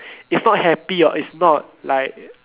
is not happy or is not like